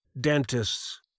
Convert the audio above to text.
dentists